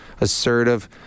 assertive